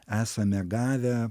esame gavę